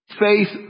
Faith